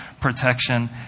protection